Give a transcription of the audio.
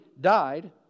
died